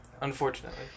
Unfortunately